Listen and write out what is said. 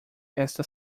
esta